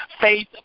Faith